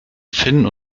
finn